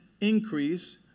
increase